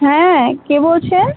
হ্যাঁ কে বলছেন